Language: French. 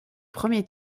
premier